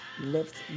Lift